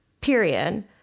period